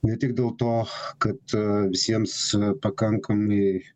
ne tik dėl to kad visiems pakankamai